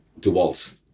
Dewalt